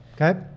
Okay